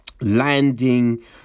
Landing